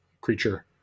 creature